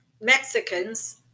Mexicans